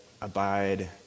abide